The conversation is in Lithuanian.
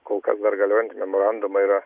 kol kas dar galiojantį memorandumą yra